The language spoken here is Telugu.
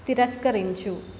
తిరస్కరించు